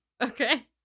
Okay